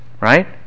Right